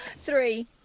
Three